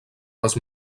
les